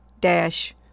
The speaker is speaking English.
dash